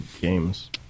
games